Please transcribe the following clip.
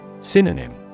Synonym